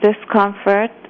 discomfort